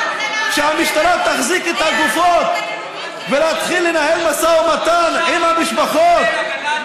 שהמשטרה תחזיק את הגופות ולהתחיל לנהל משא ומתן עם המשפחות?